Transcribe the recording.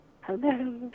hello